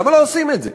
למה לא עושים את זה?